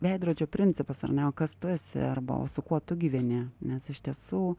veidrodžio principas ar ne o kas tu esi arba o su kuo tu gyveni nes iš tiesų